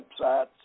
websites